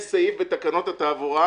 יש סעיף בתקנות התעבורה,